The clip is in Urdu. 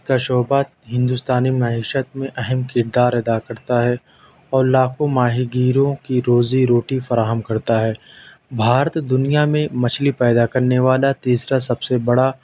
کا شعبہ ہندوستانی معیشت میں اہم کردار ادا کرتا ہے اور لاکھوں ماہی گیروں کی روزی روٹی فراہم کرتا ہے بھارت دنیا میں مچھلی پیدا کرنے والا تیسرا سب سے بڑا